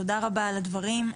תודה רבה על הדברים.